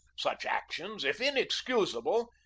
such actions, if inexcusable,